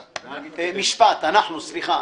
אנחנו, סליחה.